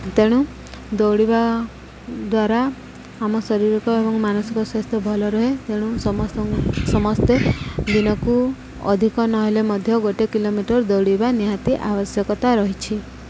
ତେଣୁ ଦୌଡ଼ିବା ଦ୍ୱାରା ଆମ ଶରୀରିକ ଏବଂ ମାନସିକ ସ୍ୱାସ୍ଥ୍ୟ ଭଲ ରୁହେ ତେଣୁ ସମସ୍ତ ସମସ୍ତେ ଦିନକୁ ଅଧିକ ନହେଲେ ମଧ୍ୟ ଗୋଟେ କିଲୋମିଟର ଦୌଡ଼ିବା ନିହାତି ଆବଶ୍ୟକତା ରହିଛି